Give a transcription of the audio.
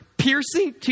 piercing